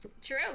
True